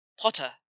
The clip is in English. Potter